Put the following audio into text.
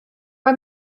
mae